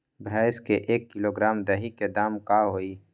भैस के एक किलोग्राम दही के दाम का होई?